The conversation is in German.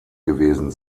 gewesen